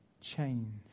chains